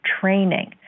training